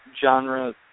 genre